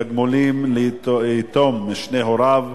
(תגמולים ליתום משני הוריו),